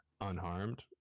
unharmed